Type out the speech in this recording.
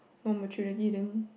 no opportunity then